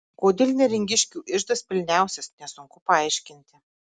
kodėl neringiškių iždas pilniausias nesunku paaiškinti